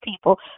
people